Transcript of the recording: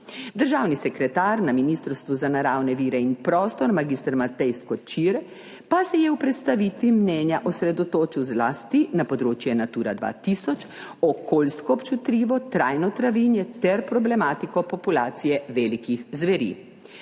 Državni sekretar na Ministrstvu za naravne vire in prostor, mag. Matej Skočir, pa se je v predstavitvi mnenja osredotočil zlasti na področje Natura 2000, okoljsko občutljivo trajno travinje ter problematiko populacije velikih zveri.